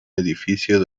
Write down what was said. edificio